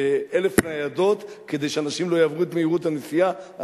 ואלף ניידות כדי שאנשים לא יעברו את מהירות הנסיעה,